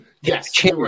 yes